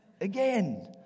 Again